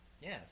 Yes